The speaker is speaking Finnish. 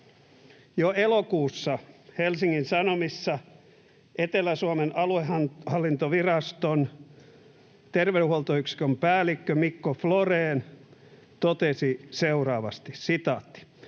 Jo elokuussa Helsingin Sanomissa Etelä-Suomen aluehallintoviraston terveydenhuoltoyksikön päällikkö Mikko Floréen totesi seuraavasti: